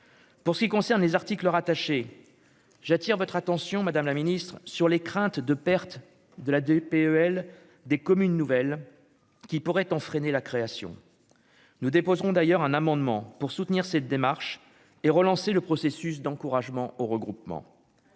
Pour ce qui concerne les articles rattachés j'attire votre attention madame la Ministre, sur les craintes de pertes de la DPE elle des communes nouvelles qui pourrait en freiner la création, nous déposerons d'ailleurs un amendement pour soutenir cette démarche et relancer le processus d'encouragement au regroupement.